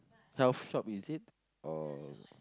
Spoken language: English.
health shop is it or